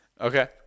Okay